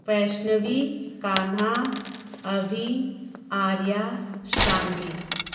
Vaishnavi Kanha Avi Arya Shanvi